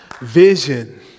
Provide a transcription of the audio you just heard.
Vision